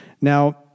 Now